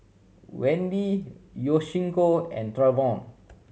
Wendy Yoshiko and Trayvon